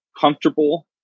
comfortable